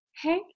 Hey